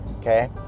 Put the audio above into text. Okay